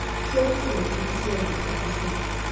saul said to his servant that was with him,